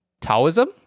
Taoism